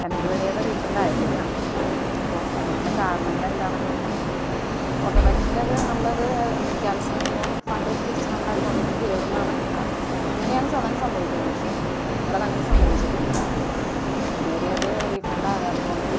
കാരണമത് ഇതുവരെ റിഫണ്ടായിട്ടില്ല അപ്പോൾ അതിനുള്ള കരണങ്ങളെന്താണെന്നൊന്ന് ഓട്ടോമാറ്റിക്കലി അത് നമ്മളത് ക്യാൻസല് ചെയ്യുമ്പോൾ ഫണ്ട് തിരിച്ച് നമ്മുടെ അക്കൗണ്ടിലേക്ക് കയറുന്നതാണ് അങ്ങനെയാണ് സാധാരണ സംഭവിക്കുന്നത് പക്ഷേ അവിടെ അങ്ങനെ സംഭവിച്ചിട്ടില്ല ഇതുവരെ അത് റീഫണ്ട് ആകാത്തത് കൊണ്ട്